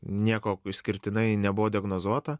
nieko išskirtinai nebuvo diagnozuota